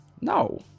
no